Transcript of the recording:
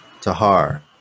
Tahar